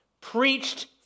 preached